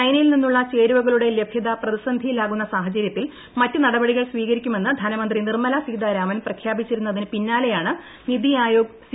ചൈനയിൽ നിന്നുള്ള ചേരുവകളുടെ ലഭൃത പ്രതിസന്ധിയിലാകുന്ന സാഹചരൃത്തിൽ മറ്റ് നടപടികൾ സ്വീകരിക്കുമെന്ന് ധനമന്ത്രി നിർമ്മല സീതാരാമൻ പ്രഖ്യാപിച്ചിരുന്നതിന് പിന്നാലെയാണ് നിതി ആയോഗ് സി